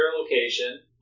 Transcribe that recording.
location